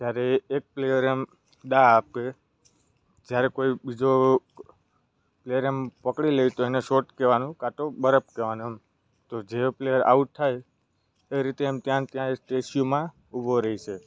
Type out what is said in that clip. જ્યારે એક પ્લેયરે એમ દા આપે જ્યારે કોઈ બીજો પ્લેયર એમ પકડી લે તો એને શોર્ટ કહેવાનું કાં તો બરફ કહેવાનું એમ તો જે પ્લેયર આઉટ થાય એ રીતે એમ ત્યાંને ત્યાં એ સ્ટેચ્યુમાં ઊભો રહેશે